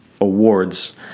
awards